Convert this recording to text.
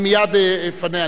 אני מייד אפנה.